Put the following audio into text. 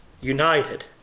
united